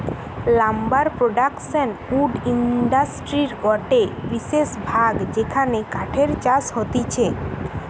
lumber production wood ইন্ডাস্ট্রির গটে বিশেষ ভাগ যেখানে কাঠের চাষ হতিছে